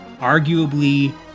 Arguably